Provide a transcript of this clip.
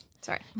Sorry